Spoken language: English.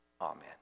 Amen